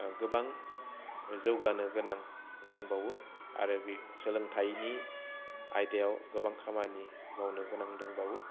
गोबां जौगानो गोनां दंबावो आरो सोलोंथायनि आयदायाव गोबां खामानि मावनो गोनां दंबावो